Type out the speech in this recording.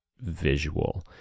visual